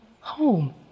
home